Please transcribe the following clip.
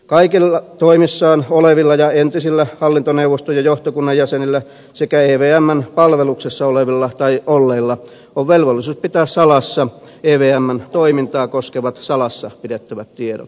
kaikilla toimessaan olevilla ja entisillä hallintoneuvoston ja johtokunnan jäsenillä sekä evmn palveluksessa olevilla tai olleilla on velvollisuus pitää salassa evmn toimintaa koskevat salassa pidettävät tiedot